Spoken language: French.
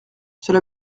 cela